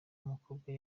umukobwa